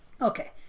Okay